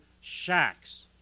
shacks